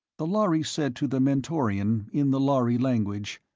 the lhari said to the mentorian, in the lhari language,